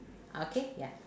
okay ya